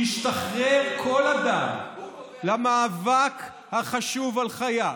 ישתחרר כל אדם למאבק החשוב על חייו.